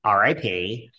RIP